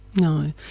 No